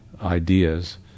ideas